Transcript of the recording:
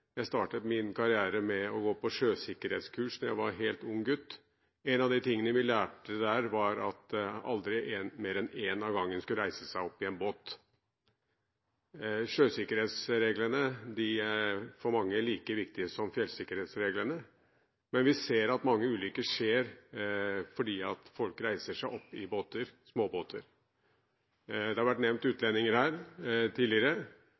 Jeg startet min karriere med å gå på sjøsikkerhetskurs da jeg var helt ung gutt. En av de tingene vi lærte der, var at aldri skulle mer enn én av gangen reise seg opp i en båt. Sjøsikkerhetsreglene er for mange like viktig som fjellvettreglene, men vi ser at mange ulykker skjer fordi folk reiser seg opp i småbåter. Utlendinger har vært nevnt her tidligere.